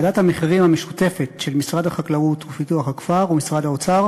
ועדת המחירים המשותפת של משרד החקלאות ופיתוח הכפר ומשרד האוצר